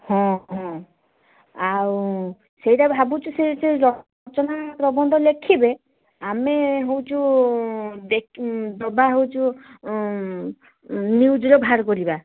ହଁ ହଁ ଆଉ ସେଇଟା ଭାବୁଛୁ ସେ ସେଇ ରଚନା ପ୍ରବନ୍ଧ ଲେଖିବେ ଆମେ ହେଉଛୁ ଦେବା ହେଉଛୁ ନିଉଜ୍ରେ ବାହାର କରିବା